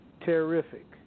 terrific